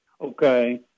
Okay